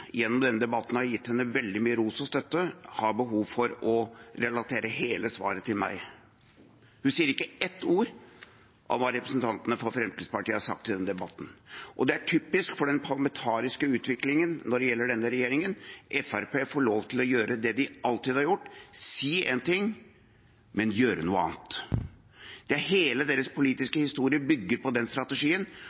gjennom denne debatten har gitt henne veldig mye ros og støtte, har behov for å relatere hele svaret til meg. Hun sier ikke ett ord av hva representantene fra Fremskrittspartiet har sagt i denne debatten, og det er typisk for den parlamentariske utviklingen når det gjelder denne regjeringen: Fremskrittspartiet får lov til å gjøre det de alltid har gjort: si én ting, men gjøre noe annet. Hele deres politiske historie bygger på den strategien,